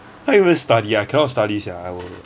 how you even study I cannot study sia I will